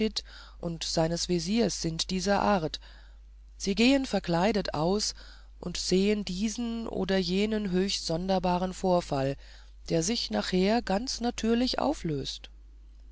und seines veziers sind dieser art sie gehen verkleidet aus und sehen diesen oder jenen höchst sonderbaren vorfall der sich nachher ganz natürlich auflöst